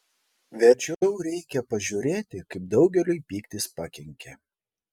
verčiau reikia pažiūrėti kaip daugeliui pyktis pakenkė